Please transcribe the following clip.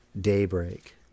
daybreak